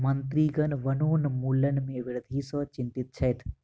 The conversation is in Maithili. मंत्रीगण वनोन्मूलन में वृद्धि सॅ चिंतित छैथ